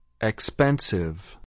expensive